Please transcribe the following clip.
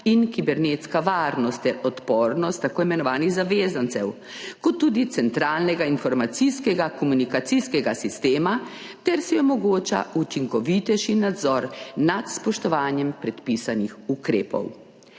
in kibernetska varnost ter odpornost tako imenovanih zavezancev kot tudi centralnega informacijsko-komunikacijskega sistema ter se omogoča učinkovitejši nadzor nad spoštovanjem predpisanih ukrepov.